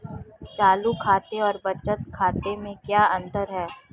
चालू खाते और बचत खाते में क्या अंतर है?